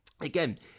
again